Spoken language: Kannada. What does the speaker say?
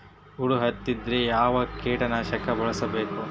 ಹುಳು ಹತ್ತಿದ್ರೆ ಯಾವ ಕೇಟನಾಶಕ ಬಳಸಬೇಕ?